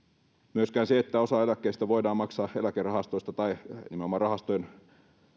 myöskään se että osa eläkkeistä voidaan maksaa eläkerahastoista tai nimenomaan rahastojen